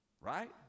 right